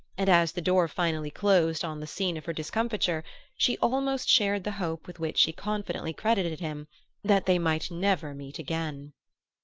and as the door finally closed on the scene of her discomfiture she almost shared the hope with which she confidently credited him that they might never meet again.